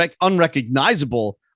unrecognizable